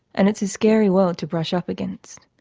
and it's a scary world to brush up against.